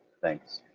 thanks.